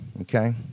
okay